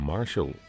Marshall